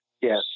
Yes